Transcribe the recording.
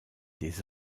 des